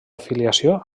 afiliació